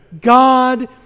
God